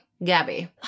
Gabby